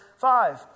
five